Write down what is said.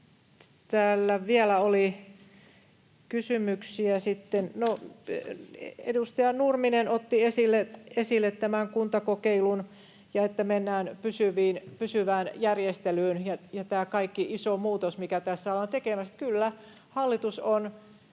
Täällä oli vielä kysymyksiä. Edustaja Nurminen otti esille tämän kuntakokeilun, ja että mennään pysyvään järjestelyyn ja koko tämän ison muutoksen, mikä tässä ollaan tekemässä. Kyllä hallitus on